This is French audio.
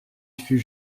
fut